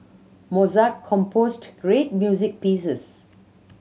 Mozart composed great music pieces